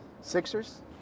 Sixers